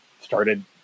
started